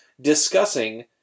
discussing